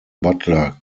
butler